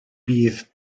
bydd